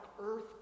earth